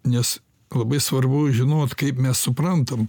nes labai svarbu žinot kaip mes suprantam